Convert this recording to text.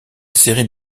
série